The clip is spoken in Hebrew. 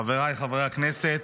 חבריי חברי הכנסת,